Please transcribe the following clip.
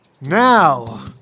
Now